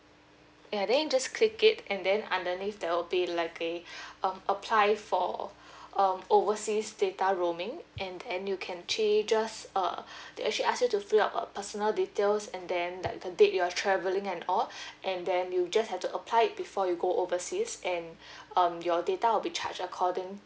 ya then you just click it and then underneath there will be like the uh apply for um overseas data roaming and and you can actually just uh they actually ask you to fill up uh personal details and then like the date you're travelling and all and then you just have to apply it before you go overseas and um your data will be charged according